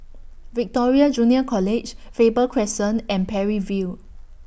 Victoria Junior College Faber Crescent and Parry View